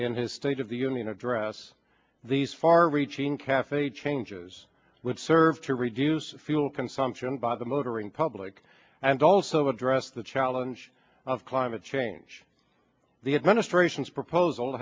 in his state of the union address these far reaching cafe changes would serve to reduce fuel consumption by the motoring public and also address the challenge of climate change the administration's proposal